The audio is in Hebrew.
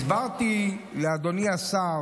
הסברתי לשר,